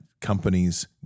companies